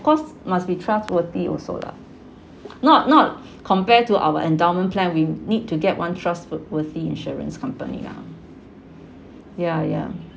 course must be trustworthy also lah not not compare to our endowment plan we need to get one trustwor~ worthy insurance company lah ya ya